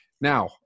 Now